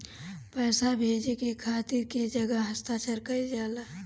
पैसा भेजे के खातिर कै जगह हस्ताक्षर कैइल जाला?